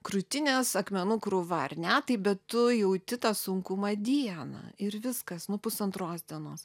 krūtinės akmenų krūva ar ne taip bet tu jauti tą sunkumą dieną ir viskas nu pusantros dienos